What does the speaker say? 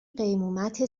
قیمومت